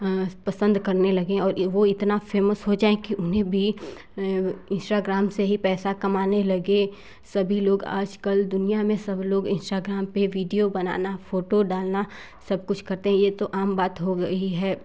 आज पसंद करने लगे और वो इतना फेमस हो जाए कि उन्हें भी इंस्टाग्राम से ही पैसा कमाने लगे सभी लोग आजकल दुनिया में सब लोग इंस्टाग्राम पर वीडियो बनाना फोटो डालना सब कुछ करते हैं ये तो आम बात हो गई है